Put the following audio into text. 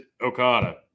Okada